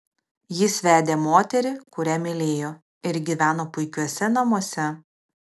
jis vedė moterį kurią mylėjo ir gyveno puikiuose namuose